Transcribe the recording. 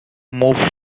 move